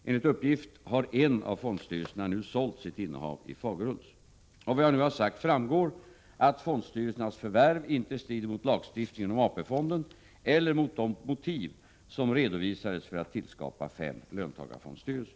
Enligt uppgift har en av fondstyrelserna nu sålt sitt innehav i Fagerhults. Av vad jag nu har sagt framgår att fondstyrelsernas förvärv inte strider mot lagstiftningen om AP-fonden eller mot de motiv som redovisades för att tillskapa fem löntagarfondsstyrelser.